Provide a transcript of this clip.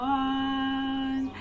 one